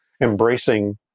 embracing